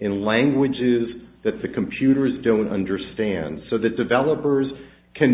in languages that the computers don't understand so that developers can